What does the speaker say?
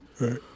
Right